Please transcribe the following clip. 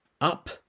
up